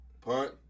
Punt